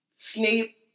Snape